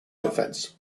offense